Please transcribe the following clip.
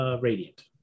radiant